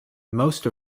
most